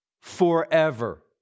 forever